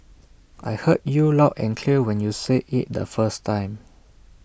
I heard you loud and clear when you said IT the first time